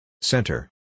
Center